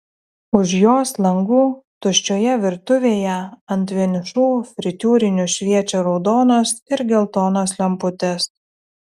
už jos langų tuščioje virtuvėje ant vienišų fritiūrinių šviečia raudonos ir geltonos lemputės